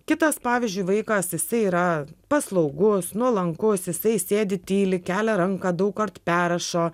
kitas pavyzdžiui vaikas jisai yra paslaugus nuolankus jisai sėdi tyli kelia ranką daugkart perrašo